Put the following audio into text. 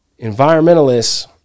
environmentalists